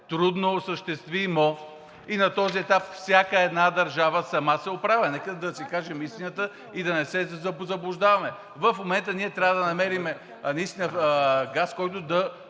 трудноосъществимо и на този етап всяка една държава сама се оправя. Нека да си кажем истината и да не се заблуждаваме. В момента ние трябва да намерим газ, който да